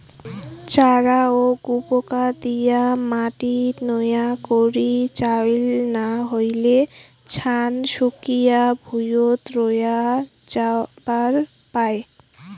চ্যারা ও গুপোকা দিয়া মাটিত নয়া করি চইল না হইলে, ছান শুকিয়া ভুঁইয়ত রয়া যাবার পায়